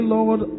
Lord